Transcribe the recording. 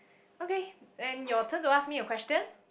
okay then your turn to ask me a question